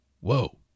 whoa